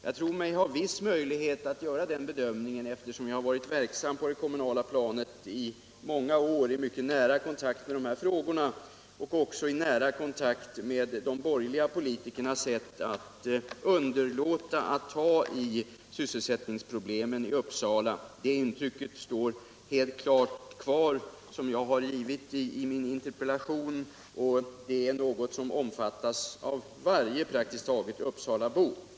Jag tror mig ha en viss möjlighet att göra den bedömningen, eftersom jag varit verksam på det kommunala planet där i många år i mycket nära kontakt med dessa frågor, och också i nära kontakt med de borgerliga politikernas sätt att undgå att ta i sysselsättningsproblemen i Uppsala. Det intrycket, som jar har redovisat i min interpellation, står helt klart kvar, och det är något som omfattas av praktiskt taget varje uppsalabo.